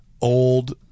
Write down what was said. old